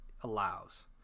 allows